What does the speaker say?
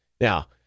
Now